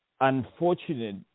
unfortunate